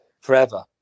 forever